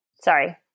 Sorry